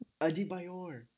Adibayor